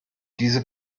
diese